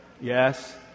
Yes